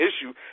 issue